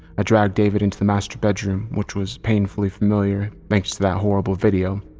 ah dragged david into the master bedroom, which was painfully familiar thanks to that horrible video.